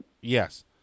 Yes